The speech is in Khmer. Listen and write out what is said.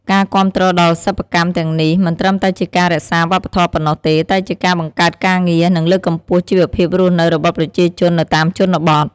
ការគាំទ្រដល់សិប្បកម្មទាំងនេះ មិនត្រឹមតែជាការរក្សាវប្បធម៌ប៉ុណ្ណោះទេ តែជាការបង្កើតការងារ និងលើកកម្ពស់ជីវភាពរស់នៅរបស់ប្រជាជននៅតាមជនបទ។